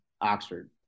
Oxford